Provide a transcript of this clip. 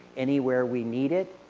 anywhere we need it.